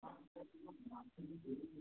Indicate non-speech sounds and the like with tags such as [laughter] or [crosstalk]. [unintelligible]